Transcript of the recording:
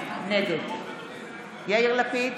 נגד יאיר לפיד,